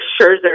Scherzer